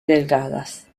delgadas